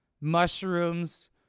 mushrooms